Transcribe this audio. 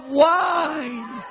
wine